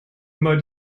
immer